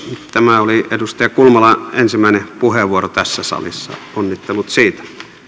tämä oli edustaja kulmalan ensimmäinen puheenvuoro tässä salissa onnittelut siitä